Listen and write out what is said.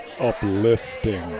Uplifting